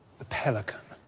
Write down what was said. the pelican.